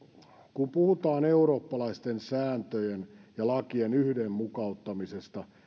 kun puhutaan eurooppalaisten sääntöjen ja lakien yhdenmukaistamisesta